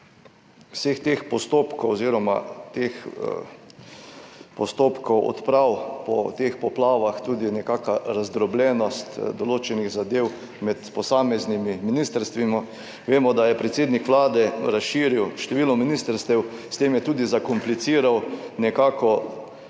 vseh teh postopkov oziroma teh postopkov odprav po teh poplavah tudi nekako razdrobljenost določenih zadev med posameznimi ministrstvi. Vemo, da je predsednik Vlade razširil število ministrstev, s tem je tudi zakompliciral nekako